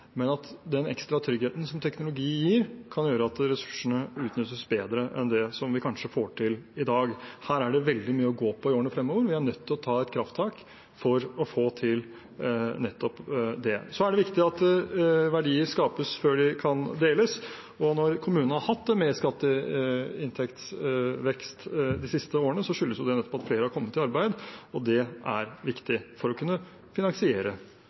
Men den ekstra tryggheten som teknologi gir, kan gjøre at ressursene utnyttes bedre enn vi kanskje får til i dag. Her er det veldig mye å gå på i årene fremover. Vi er nødt til å ta et krafttak for å få til dette. Det er viktig at verdier skapes før de deles, og når kommunene har hatt en merskatteinntektsvekst de siste årene, skyldes det nettopp at flere har kommet i arbeid. Det er viktig for å kunne finansiere